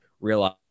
realize